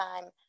time